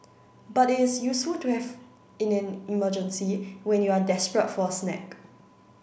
but it is useful to have in an emergency when you are desperate for a snack